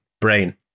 brain